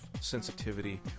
sensitivity